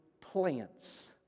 plants